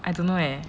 I don't know eh